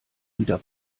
wieder